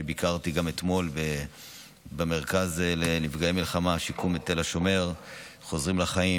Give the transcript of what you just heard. שביקרתי גם אתמול במרכז השיקום לנפגעי מלחמה בתל השומר חוזרים לחיים.